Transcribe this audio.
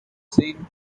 seen